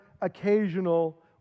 occasional